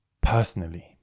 personally